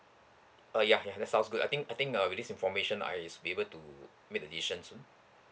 uh ya ya that sounds good I think I think uh with this information I should be able to make the decision soon